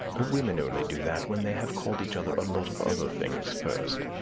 women only do that when they have called each other a lot of other things first.